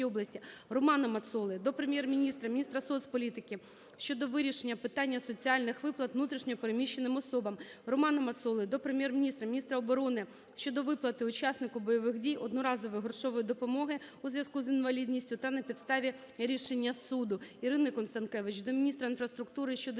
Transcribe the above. Романа Мацоли до Прем'єр-міністра, міністра соцполітики щодо вирішення питання соціальних виплат внутрішньо переміщеним особам. Романа Мацоли до Прем'єр-міністра, міністра оборони щодо виплати учаснику бойових дій одноразової грошової допомоги у зв'язку з інвалідністю та на підставі рішення суду. Ірини Констанкевич до міністра інфраструктури щодо